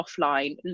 offline